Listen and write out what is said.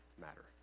matter